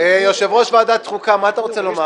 יושב-ראש ועדת החוקה, מה אתה רוצה לומר?